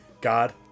God